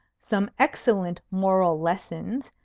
some excellent moral lessons.